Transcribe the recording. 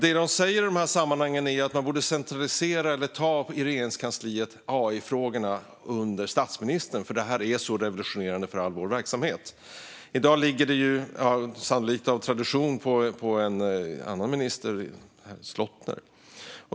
Det de säger i de här sammanhangen är att man borde centralisera AI-frågorna i Regeringskansliet eller ta dem under statsministern eftersom det här är så revolutionerande för all vår verksamhet. I dag ligger detta, sannolikt av tradition, på en annan minister, herr Slottner.